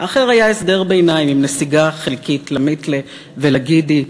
האחר היה הסדר ביניים עם נסיגה חלקית למיתלה ולגידי.